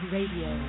Radio